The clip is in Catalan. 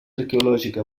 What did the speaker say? arqueològica